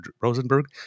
Rosenberg